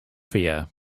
fear